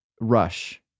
Rush